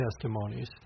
testimonies